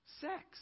sex